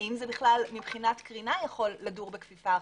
האם מבחינת קרינה זה יכול לדור בכפיפה אחת?